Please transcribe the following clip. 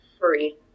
free